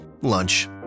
Lunch